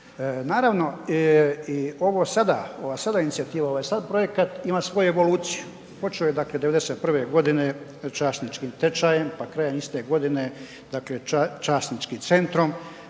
sada, ova sada inicijativa, ovaj sad projekat ima svoju evoluciju. Počeo je, dakle '91.g. časničkim tečajem, pa krajem iste godine, dakle časničkim centrom,